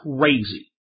crazy